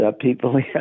people